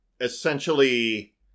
essentially